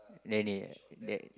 Daniel